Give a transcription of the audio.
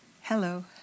Hello